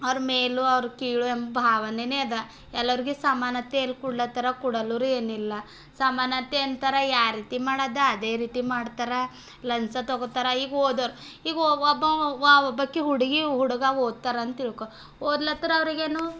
ಅವ್ರ ಮೇಲೂ ಅವ್ರು ಕೀಳು ಎಂಬ ಭಾವನೆನೇ ಅದ ಎಲ್ಲರಿಗೆ ಸಮಾನತೆ ಎಲ್ಲಿ ಕೊಡ್ಲತ್ತಾರ ಕೊಡಲ್ರು ರೀ ಏನಿಲ್ಲ ಸಮಾನತೆ ಅಂತಾರ ಯಾ ರೀತಿ ಮಾಡಡಿದೆ ಅದೇ ರೀತಿ ಮಾಡ್ತರೆ ಲಂಚ ತಗೋತಾರೆ ಈಗ ಹೋದೊರು ಈಗ ಒಬ್ಬ ಒಬ್ಬಾಕಿ ಹುಡುಗಿ ಹುಡುಗ ಓದ್ತಾರೆ ಅಂದು ತಿಳ್ಕೊ ಓದ್ಲಾತ್ತರ ಅವರಿಗೇನು